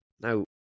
Now